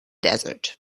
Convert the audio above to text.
desert